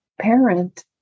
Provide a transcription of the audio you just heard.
parent